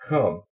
Come